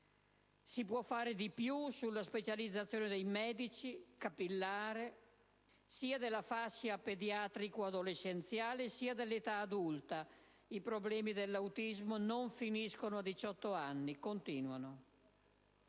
Si può fare di più sulla specializzazione, capillare, dei medici, sia della fascia pediatrico-adolescenziale sia dell'età adulta, perché i problemi dell'autismo non finiscono a 18 anni, ma continuano.